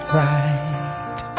right